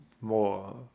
more